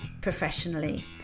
professionally